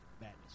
madness